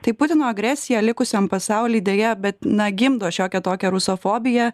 tai putino agresija likusiam pasauly deja bet na gimdo šiokią tokią rusofobiją